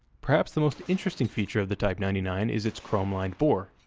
perhaps the most interesting feature of the type ninety nine is its chrome lined bore.